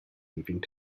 leaving